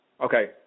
Okay